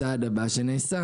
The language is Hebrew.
הצעד הבא שנעשה,